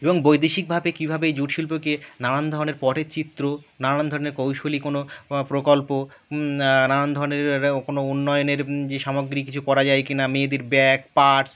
এবং বৈদেশিকভাবে কীভাবে জুট শিল্পকে নানান ধরনের পটের চিত্র নানান ধরনের কৌশলী কোনও পা প্রকল্প না নানান ধরনের কোনও উন্নয়নের যে সামগ্রী কিছু করা যায় কি না মেয়েদের ব্যাগ পার্স